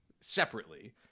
separately